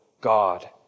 God